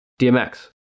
DMX